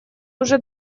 уже